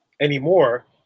anymore